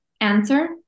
answer